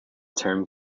term